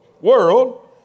world